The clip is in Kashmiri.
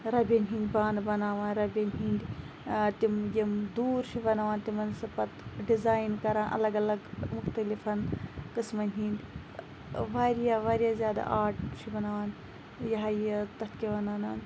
رَبیٚن ہِنٛد بانہٕ بَناوان رَبیٚن ہِنٛد تِم یِم دوٗرچھِ بَناوان تِمَن سُہ پَتہٕ ڈِزایِن کَران اَلَگ اَلَگ مُختَلِف قٕسمَن ہِنٛد واریاہ واریاہ زیادٕ آٹ چھِ بَناوان یہِ ہہَ یہِ تَتھ کیاہ وَنانَن